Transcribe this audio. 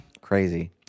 crazy